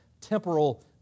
temporal